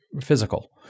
physical